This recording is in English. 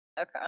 Okay